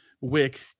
Wick